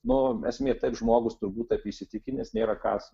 nu esmė taip žmogus turbūt taip įsitikinęs nėra kas